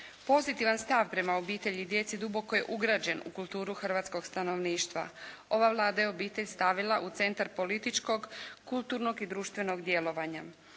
Pozitivan stav prema obitelji i djeci duboko je ugrađen u kulturu hrvatskog stanovništva. Ova Vlada je obitelj stavila u centar političkog, kulturnog i društvenog djelovanja.